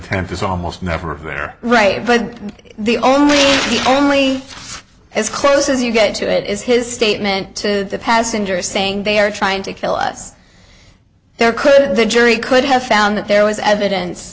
friends is almost never right but the only the only as close as you get to it is his statement to the passengers saying they are trying to kill us there could the jury could have found that there was evidence